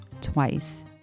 twice